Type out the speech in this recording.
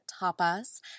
tapas